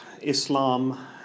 Islam